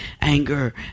anger